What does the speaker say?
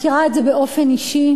מכירה את זה באופן אישי,